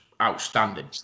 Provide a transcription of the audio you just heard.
outstanding